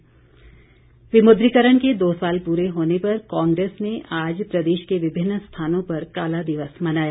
सुक्खू विमुद्रीकरण के दो साल पूरे होने पर कांगेस ने आज प्रदेश के विभिन्न स्थानों पर काला दिवस मनाया